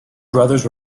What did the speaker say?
brothers